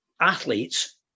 athletes